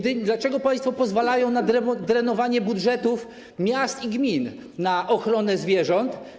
Dlaczego państwo pozwalają na drenowanie budżetów miast i gmin na ochronę zwierząt?